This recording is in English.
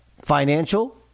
financial